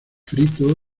frito